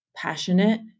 passionate